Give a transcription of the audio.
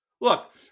Look